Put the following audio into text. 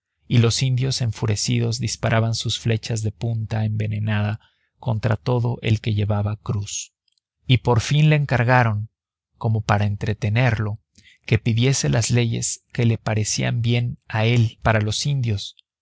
y los indios enfurecidos disparaban sus flechas de punta envenenada contra todo el que llevaba cruz y por fin le encargaron como por entretenerlo que pidiese las leyes que le parecían a él bien para los indios